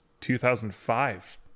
2005